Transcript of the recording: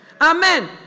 Amen